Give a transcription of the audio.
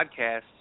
podcast